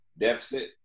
deficit